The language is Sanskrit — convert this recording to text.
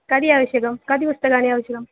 कति आवश्यकं कति पुस्तकानि आवश्यकानि